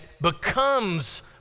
becomes